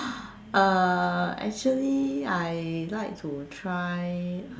uh actually I like to try